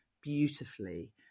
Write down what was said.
beautifully